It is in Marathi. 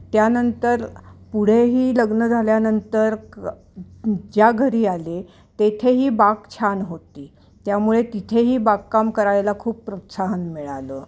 त्यानंतर पुढेही लग्न झाल्यानंतर क ज्या घरी आले तेथेही बाग छान होती त्यामुळे तिथेही बागकाम करायला खूप प्रोत्साहन मिळालं